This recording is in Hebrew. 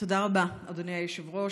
תודה רבה, אדוני היושב-ראש.